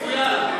מצוין.